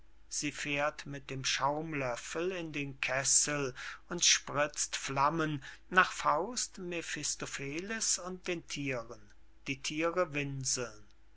sie fährt mit dem schaumlöffel in den kessel und spritzt flammen nach faust mephistopheles und den thieren die thiere winseln